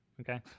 Okay